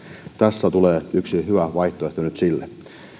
tässä tulee nyt yksi hyvä vaihtoehto sille